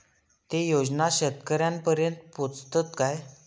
ते योजना शेतकऱ्यानपर्यंत पोचतत काय?